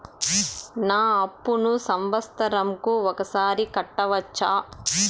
నా అప్పును సంవత్సరంకు ఒకసారి కట్టవచ్చా?